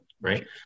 right